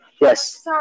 yes